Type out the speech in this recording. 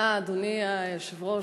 אדוני היושב-ראש,